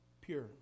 pure